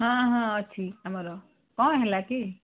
ହଁ ହଁ ଅଛି ଆମର କ'ଣ ହେଲା କି